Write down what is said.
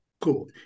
Cool